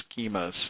schemas